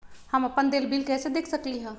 हम अपन देल बिल कैसे देख सकली ह?